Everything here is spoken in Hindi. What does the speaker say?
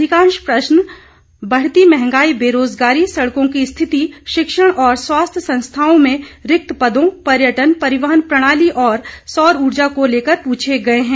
अधिकांश प्रश्न बढ़ती महंगाई बेरोजगारी सडकों की स्थिति शिक्षण और स्वास्थ्य संस्थाओं में रिक्त पदों पर्यटन परिवहन प्रणाली और सौर ऊर्जा को लेकर पूछे गये है